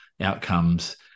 outcomes